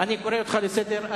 אני קורא אותך לסדר.